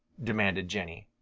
demanded jenny.